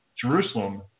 Jerusalem